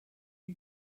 nie